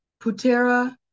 Putera